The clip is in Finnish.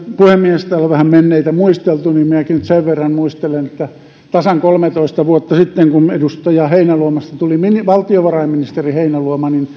puhemies kun täällä on vähän menneitä muisteltu niin minäkin nyt sen verran muistelen että tasan kolmetoista vuotta sitten kun edustaja heinäluomasta tuli valtiovarainministeri heinäluoma